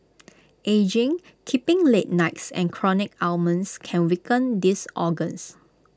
ageing keeping late nights and chronic ailments can weaken these organs